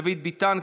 דוד ביטן,